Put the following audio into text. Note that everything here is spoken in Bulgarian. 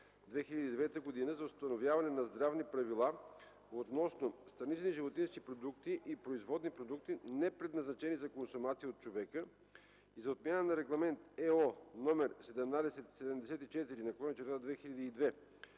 за установяване на здравни правила относно странични животински продукти и производни продукти, непредназначени за консумация от човека, и за отмяна на Регламент (ЕО) № 1774/2002